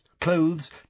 clothes